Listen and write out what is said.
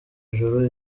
ijuru